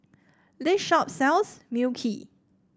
this shop sells Mui Kee